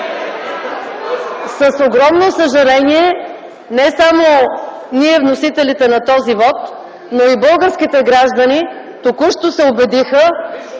С огромно съжаление не само ние, вносителите на този вот, но и българските граждани току-що се убедиха,